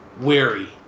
weary